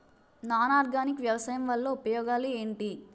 Non organic వ్యవసాయం వల్ల ఉపయోగాలు ఏంటీ?